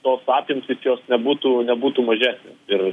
tos apimtys jos nebūtų nebūtų mažesnės ir